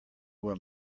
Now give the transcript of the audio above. will